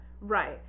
Right